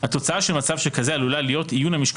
התוצאה של מצב שכזה עלולה להיות איון המשקל